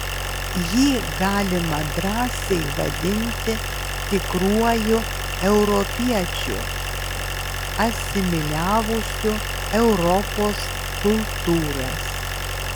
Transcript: jį galima drąsiai vadinti tikruoju europiečiu asimiliavusiu europos kultūras